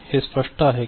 हे स्पष्ट आहे का